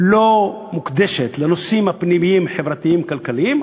לא מוקדשת לנושאים הפנימיים-חברתיים-כלכליים,